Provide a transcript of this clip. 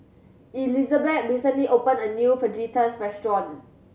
Elizabet recently opened a new Fajitas restaurant